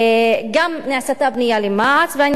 נעשתה פנייה למע"צ גם בעניין זה,